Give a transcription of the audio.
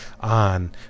on